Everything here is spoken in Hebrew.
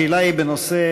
השאלה היא בנושא,